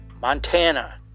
Montana